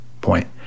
point